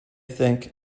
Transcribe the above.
think